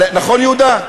נכון, יהודה?